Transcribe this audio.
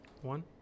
one